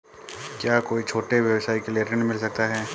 क्या कोई छोटे व्यवसाय के लिए ऋण मिल सकता है?